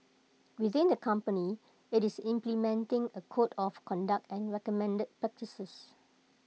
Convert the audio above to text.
within the company IT is implementing A code of conduct and recommended practices